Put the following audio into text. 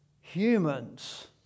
Humans